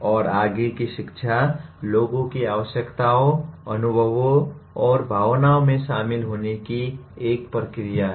और आगे की शिक्षा लोगों की आवश्यकताओं अनुभवों और भावनाओं में शामिल होने की एक प्रक्रिया है